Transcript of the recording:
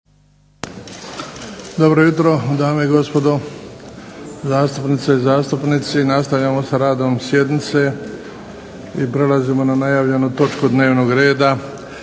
Dobro jutro dame i gospodo zastupnice i zastupnici. Nastavljamo sa radom sjednice i prelazimo na najavljenu točku dnevnog reda